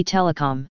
Telecom